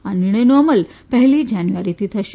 આ નિર્ણયનો અમલ પહેલી જાન્યુઆરીથી થશે